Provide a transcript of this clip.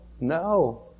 No